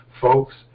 folks